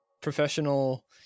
professional